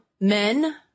men